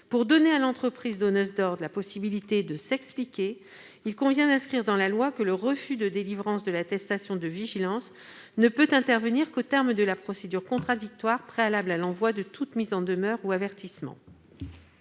Pour donner à l'entreprise donneuse d'ordres la possibilité de s'expliquer, il convient d'inscrire dans la loi que le refus de délivrance de l'attestation de vigilance ne peut intervenir qu'au terme de la procédure contradictoire préalable à l'envoi de toute mise en demeure ou de tout avertissement.